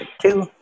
Two